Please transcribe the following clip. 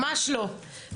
ממש לא,